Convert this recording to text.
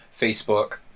Facebook